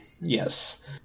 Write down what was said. Yes